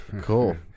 cool